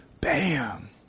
bam